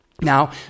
Now